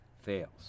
fails